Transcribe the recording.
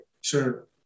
sure